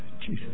Jesus